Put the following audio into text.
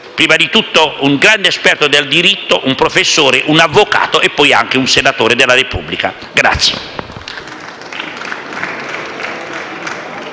prima di tutto un grande esperto del diritto, un professore, un avvocato e poi anche un senatore della Repubblica.